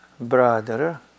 brother